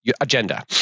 agenda